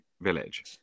village